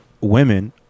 women